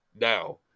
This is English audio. now